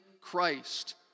Christ